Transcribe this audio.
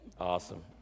Awesome